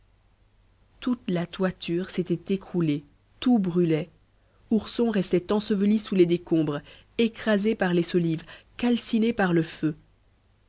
toute la toiture s'était écroulée tout brûlait ourson restait enseveli sous les décombres écrasé par les solives calciné par le feu